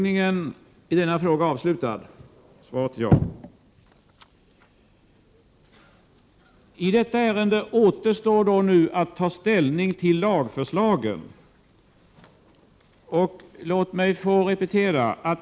I detta ärende återstår att ta ställning till lagförslagen.